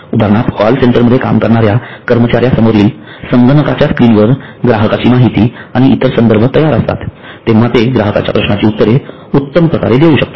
उदाहरणार्थ कॉल सेंटरमध्ये काम करणाऱ्या कर्मचाऱ्या समोरील संगणकाच्या स्क्रीनवर ग्राहकाची माहिती आणि इतर संदर्भ तयार असतात तेव्हा ते ग्राहकांच्या प्रश्नांची उत्तरे उत्तम प्रकारे देऊ शकतात